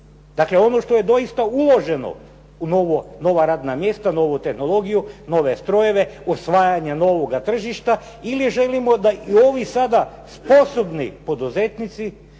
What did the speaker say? Dakle ono što je doista uloženo u nova radna mjesta, novu tehnologiju, nove strojeve, osvajanja novoga tržišta ili želimo da ovi sada sposobni poduzetnici